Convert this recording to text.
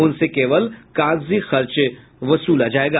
उनसे केवल कागजी खर्च वसूला जाएगा